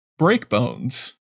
Breakbones